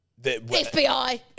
FBI